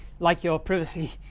like your privacy